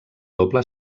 doble